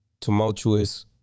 tumultuous